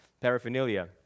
paraphernalia